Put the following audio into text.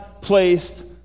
placed